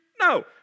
No